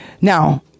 Now